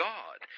God